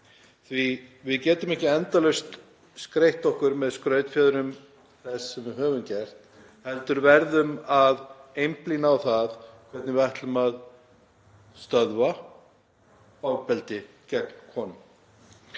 að við getum ekki endalaust skreytt okkur með skrautfjöðrum þess sem við höfum gert heldur verðum að horfa á það hvernig við ætlum að stöðva ofbeldi gegn konum.